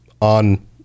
on